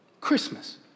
Christmas